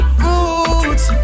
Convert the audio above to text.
roots